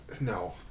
No